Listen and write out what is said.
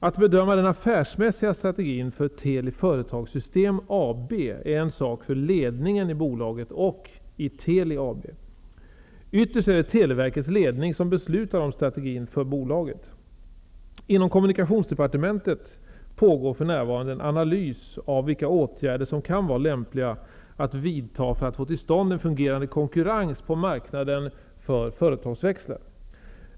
Att bedöma den affärsmässiga strategin för Teli Företagssystem AB är en sak för ledningen i bolaget och i Teli AB. Ytterst är det Televerkets ledning som beslutar om strategin för bolaget. Inom Kommunikationsdepartementet pågår för närvarande en analys av vilka åtgärder som kan vara lämpliga att vidta för att få till stånd en fungerande konkurrens på marknaden för företagsväxlar.